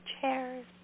chairs